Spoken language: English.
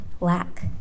lack